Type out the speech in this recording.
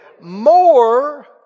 More